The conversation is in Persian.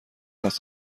است